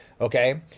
okay